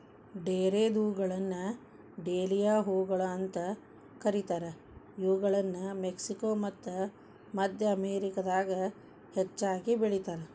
ಡೇರೆದ್ಹೂಗಳನ್ನ dahlia ಹೂಗಳು ಅಂತ ಕರೇತಾರ, ಇವುಗಳನ್ನ ಮೆಕ್ಸಿಕೋ ಮತ್ತ ಮದ್ಯ ಅಮೇರಿಕಾದಾಗ ಹೆಚ್ಚಾಗಿ ಬೆಳೇತಾರ